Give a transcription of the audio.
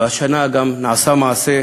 והשנה גם נעשה מעשה